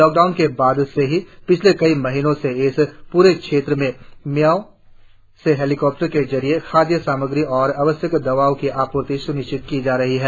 lockdown के बाद से ही पिछले कई महीनों से इस पूरे क्षेत्र में मियाओं से हेलिकॉप्टर के जरिये खाद्य सामग्री और आवश्यक दवाओं की आपूर्ति स्निश्चित की जा रही है